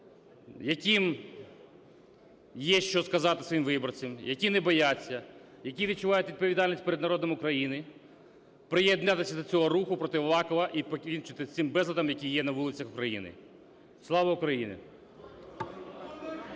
яким є що сказати своїм виборцям, які не бояться, які відчувають відповідальність перед народом України, приєднатися до цього руху проти Авакова і покінчити з цим безладом, який є на вулицях України. Слава Україні!